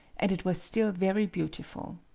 and it was still very beautiful.